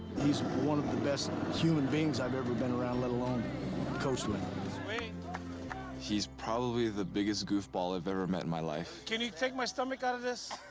he's one of the best human beings i've ever been around, let alone coached with. sweet. he's probably the biggest goofball i've ever met in my life can you take my stomach out of this?